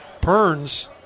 Perns